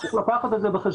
צריך לקחת את זה בחשבון.